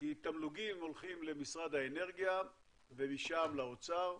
כי תמלוגים הולכים למשרד האנרגיה ומשם לאוצר,